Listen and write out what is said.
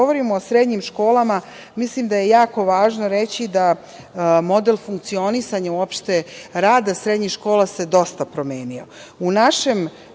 govorimo o srednjim školama, mislim da je jako važno reći da model funkcionisanja rada srednjih škola se dosta promenio.